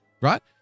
right